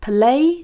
Play